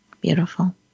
Beautiful